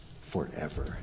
forever